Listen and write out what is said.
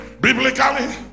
biblically